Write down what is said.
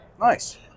nice